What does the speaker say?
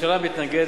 הממשלה מתנגדת,